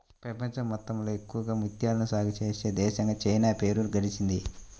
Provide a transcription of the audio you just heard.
ప్రపంచం మొత్తంలో ఎక్కువగా ముత్యాలను సాగే చేసే దేశంగా చైనా పేరు గడించింది